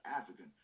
African